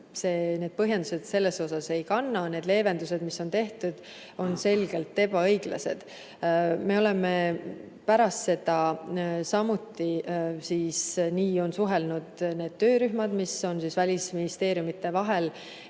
need põhjendused selles osas ei kanna, need leevendused, mis ongi tehtud, on selgelt ebaõiglased. Pärast seda on samuti suhelnud need töörühmad, mis on välisministeeriumide vahel,